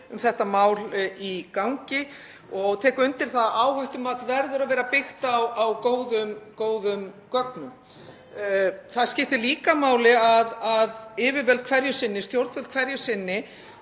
um þetta mál í gangi. Ég tek undir það að áhættumat verður að vera byggt á góðum gögnum. Það skiptir líka máli að yfirvöld hverju sinni, stjórnvöld hverju sinni,